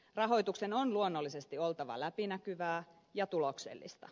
rahoituksen on luonnollisesti oltava läpinäkyvää ja tuloksellista